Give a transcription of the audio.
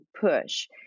push